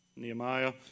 Nehemiah